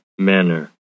Manner